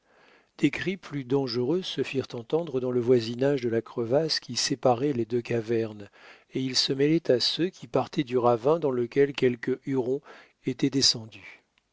des cris plus dangereux se firent entendre dans le voisinage de la crevasse qui séparait les deux cavernes et ils se mêlaient à ceux qui partaient du ravin dans lequel quelques hurons étaient descendus